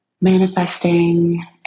manifesting